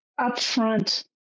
upfront